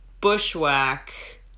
bushwhack